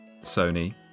Sony